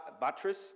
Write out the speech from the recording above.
buttress